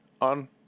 on